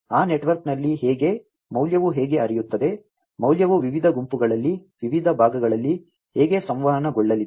ಆ ನೆಟ್ವರ್ಕ್ನಲ್ಲಿ ಹೇಗೆ ಮೌಲ್ಯವು ಹೇಗೆ ಹರಿಯುತ್ತದೆ ಮೌಲ್ಯವು ವಿವಿಧ ಗುಂಪುಗಳಲ್ಲಿ ವಿವಿಧ ವಿಭಾಗಗಳಲ್ಲಿ ಹೇಗೆ ಸಂವಹನಗೊಳ್ಳಲಿದೆ